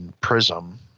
prism